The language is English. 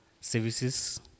services